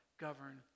govern